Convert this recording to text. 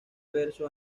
verso